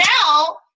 now